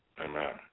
Amen